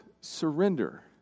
surrender